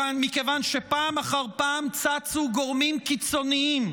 מכיוון שפעם אחר פעם צצו גורמים קיצוניים,